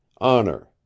honor